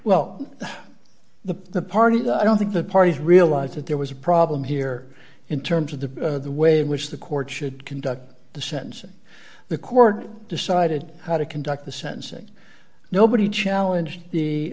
well the the party i don't think the parties realize that there was a problem here in terms of the way in which the court should conduct the sentencing the court decided how to conduct the sentencing nobody challenged the